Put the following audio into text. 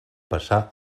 passar